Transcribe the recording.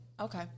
Okay